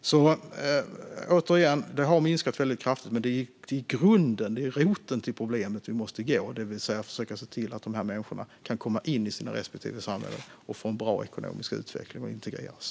Återigen: Detta har minskat väldigt kraftigt, men det är roten till problemet som vi måste komma åt. Vi måste alltså försöka se till att dessa människor kan komma in i sina respektive samhällen och få en bra ekonomisk utveckling och integreras.